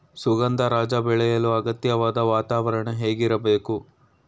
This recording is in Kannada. ಸುಗಂಧರಾಜ ಬೆಳೆಯಲು ಅಗತ್ಯವಾದ ವಾತಾವರಣ ಹೇಗಿರಬೇಕು?